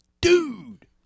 Dude